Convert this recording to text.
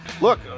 look